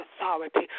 authority